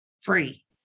Free